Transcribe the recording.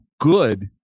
good